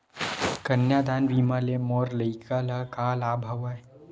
कन्यादान बीमा ले मोर लइका ल का लाभ हवय?